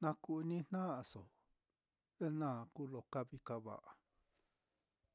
na ku-inijna'aso ye naá kuu lo kavií kava'a.